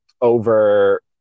over